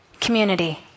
Community